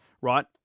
right